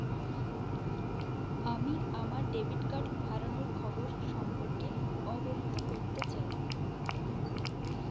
আমি আমার debit card হারানোর খবর সম্পর্কে অবহিত করতে চাই